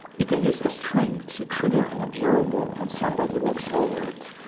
you can use a string to trigger an observer block when somebody walks over it.